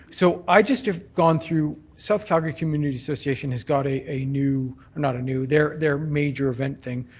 so i've just gone through south calgary community association has got a a new not a new, their their major event thing,